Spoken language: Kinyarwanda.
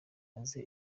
maze